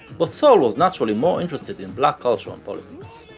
but soul was naturally more interested in black culture and politics.